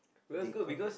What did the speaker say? they call